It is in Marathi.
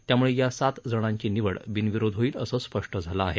त्याम्ळे या सात जणांची निवड बिनविरोध होईल असं स्पष्ट झालं आहे